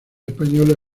españoles